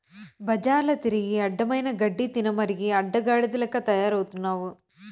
బజార్ల తిరిగి అడ్డమైన గడ్డి తినమరిగి అడ్డగాడిద లెక్క తయారవుతున్నావు